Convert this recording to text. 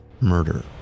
murder